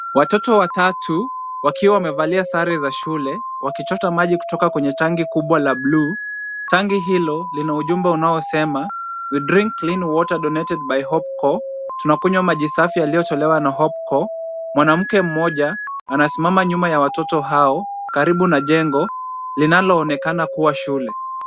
Watoto watatu wakiwa wamevalia sare za shule, wakichota maji kutoka kwenye tanki kubwa la bluu. Tanki hilo lina ujumbe unaosema we drink clean water donated by HopeCo, tunakunywa maji safi yanayotolewa na HopeCo, mwanamke mmoja anasimama nyuma ya watoto hao karibu na jengo linaloonekana kuwa shule.